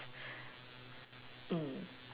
mm